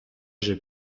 j’ai